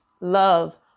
love